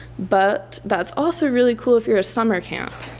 but that's also really cool if you're a summer camp,